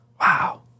Wow